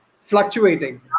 fluctuating